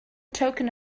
token